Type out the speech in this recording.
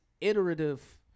iterative